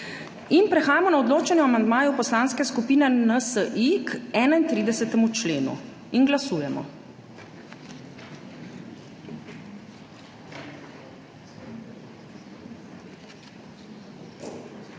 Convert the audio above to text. Prehajamo na odločanje o amandmaju Poslanske skupine NSi k 31. členu. Glasujemo.